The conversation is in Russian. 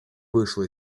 вышла